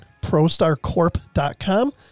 ProstarCorp.com